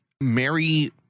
Mary